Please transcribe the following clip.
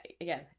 again